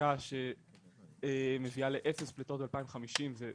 חקיקה שמביאה לאפס פליטות ב-2050, וזה